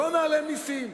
לא נעלה מסים.